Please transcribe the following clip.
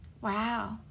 Wow